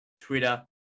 twitter